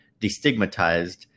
Destigmatized